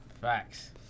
Facts